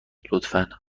لطفا